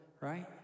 right